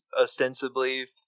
ostensibly